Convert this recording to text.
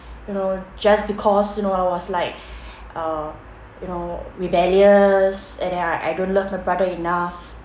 you know just because you know I was like uh you know rebellious and then I I don't love my brother enough